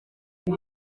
iyo